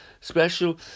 special